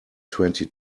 twenty